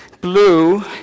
blue